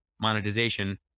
monetization